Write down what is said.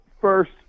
first